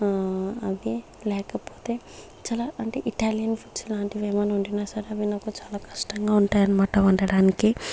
అది లేకపోతే చాలా అంటే ఇటాలియన్ ఫుడ్స్ లో అంటే ఏమైనా వండినా సరే అవి నాకు చాలా కష్టంగా ఉంటాయి అన్నమాట వండడానికి